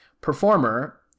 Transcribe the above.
performer